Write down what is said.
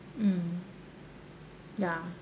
mm ya